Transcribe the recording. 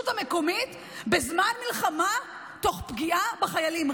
המקומית בזמן מלחמה תוך פגיעה בחיילים.